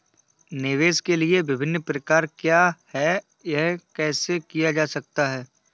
निवेश के विभिन्न प्रकार क्या हैं यह कैसे किया जा सकता है?